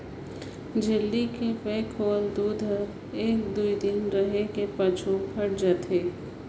झिल्ली के पैक होवल दूद हर एक दुइ दिन रहें के पाछू फ़ायट जाथे